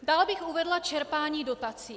Dál bych uvedla čerpání dotací.